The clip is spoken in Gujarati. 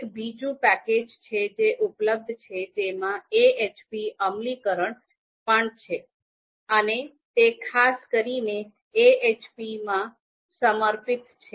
એક બીજું પેકેજ છે જે ઉપલબ્ધ છે જેમાં AHP અમલીકરણ પણ છે અને તે ખાસ કરીને AHP ને સમર્પિત છે